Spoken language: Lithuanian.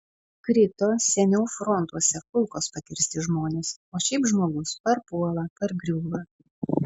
krito seniau frontuose kulkos pakirsti žmonės o šiaip žmogus parpuola pargriūva